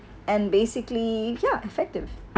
and basically ya effective